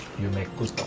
you make good